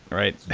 right?